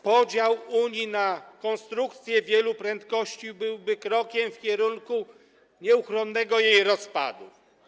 Podział Unii na konstrukcje wielu prędkości byłby krokiem w kierunku jej nieuchronnego rozpadu.